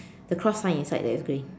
the cross sign inside there okay